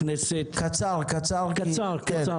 פרמטרים של